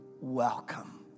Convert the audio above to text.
welcome